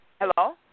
Hello